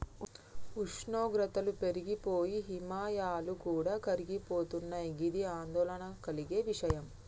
ఉష్ణోగ్రతలు పెరిగి పోయి హిమాయాలు కూడా కరిగిపోతున్నయి గిది ఆందోళన కలిగే విషయం